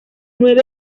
nueve